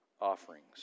offerings